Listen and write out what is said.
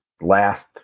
last –